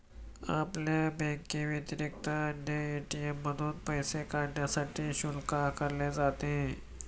आपल्या बँकेव्यतिरिक्त अन्य ए.टी.एम मधून पैसे काढण्यासाठी शुल्क आकारले जाते